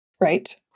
Right